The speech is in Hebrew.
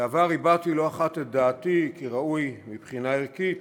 בעבר הבעתי לא אחת את דעתי כי ראוי מבחינה ערכית